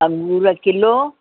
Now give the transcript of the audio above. अंगूर किलो